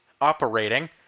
operating